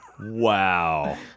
Wow